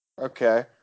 Okay